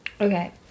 Okay